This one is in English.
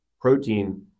protein